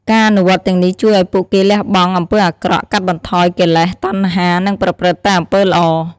ការអនុវត្តទាំងនេះជួយឱ្យពួកគេលះបង់អំពើអាក្រក់ កាត់បន្ថយកិលេស តណ្ហា និងប្រព្រឹត្តតែអំពើល្អ។